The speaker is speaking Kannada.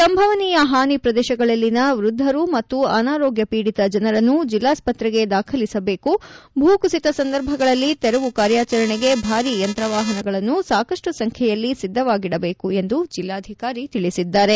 ಸಂಭವನೀಯ ಹಾನಿ ಪ್ರದೇಶಗಳಲ್ಲಿನ ವೃದ್ದರು ಮತ್ತು ಅನಾರೋಗ್ಯ ಪೀದಿತ ಜನರನ್ನು ಜಿಲ್ಲಾಸ್ಪತ್ರೆಗೆ ದಾಖಲಿಸಬೇಕು ಭೂಕುಸಿತ ಸಂದರ್ಭಗಳಲ್ಲಿ ತೆರವು ಕಾರ್ಯಾಚರಣೆಗೆ ಭಾರೀ ಯಂತ್ರವಾಹನಗಳನ್ನು ಸಾಕಷ್ಟು ಸಂಖ್ಯೆಯಲ್ಲಿ ಸಿದ್ದವಾಗಿಡಬೇಕು ಎಂದು ಜಿಲ್ಲಾಧಿಕಾರಿ ತಿಳಿಸಿದ್ದಾರೆ